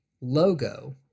logo